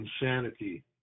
insanity